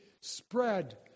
spread